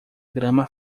grama